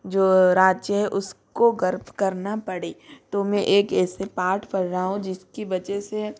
जो राज्य है उसको गर्व करना पड़े तो मैं एक एसे पाठ पढ़ रहा हूँ जिसकी वजह से